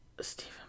Stephen